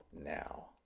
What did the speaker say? now